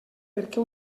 perquè